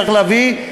צריך להביא,